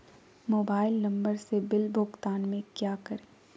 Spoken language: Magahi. मोबाइल नंबर से बिल भुगतान में क्या करें?